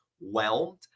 whelmed